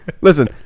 Listen